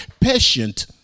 patient